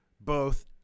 both-